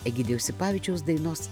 egidijaus sipavičiaus dainos